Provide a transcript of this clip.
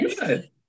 good